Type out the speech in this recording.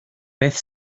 beth